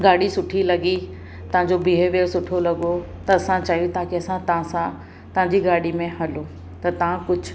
गाॾी सुठी लॻी तव्हां जो बिहेवियर सुठो लॻो त असां चाहियूं था की असां तव्हां सां तव्हां जी गाॾी में हलूं त तव्हां कुझु